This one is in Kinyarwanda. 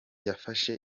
yafashe